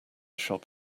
shop